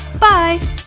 Bye